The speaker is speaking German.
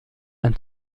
ein